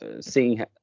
seeing